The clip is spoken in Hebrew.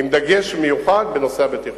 עם דגש מיוחד בנושא הבטיחות.